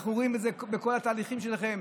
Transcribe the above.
אנחנו רואים את זה בכל התהליכים שלכם,